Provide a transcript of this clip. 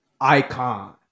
icon